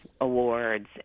awards